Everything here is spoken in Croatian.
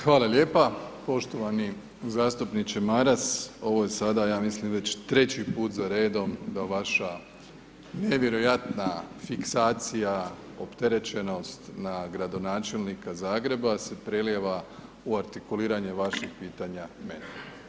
Hvala lijepa, poštovani zastupniče Maras ovo je sada ja mislim već treći put za redom da vaša nevjerojatna fiksacija, opterećenost na gradonačelnika Zagreba se prelijeva u artikuliranje vaših pitanja meni.